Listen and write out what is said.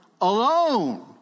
alone